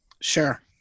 Sure